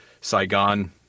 Saigon